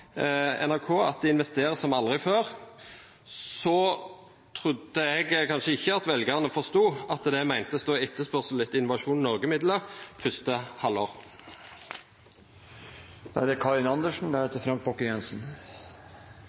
NRK at det investeres som aldri før, trodde jeg at velgerne kanskje ikke forsto at det da menes etterspørsel etter Innovasjon Norge-midler første halvår. Jeg synes det